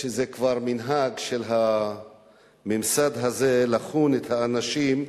זה כבר מנהג של הממסד הזה לחון את האנשים,